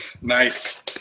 nice